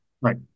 Right